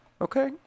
okay